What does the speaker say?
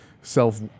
self